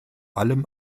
allem